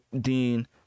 dean